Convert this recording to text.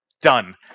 Done